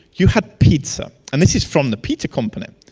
you had pizza and this is from the pizza company.